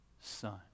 son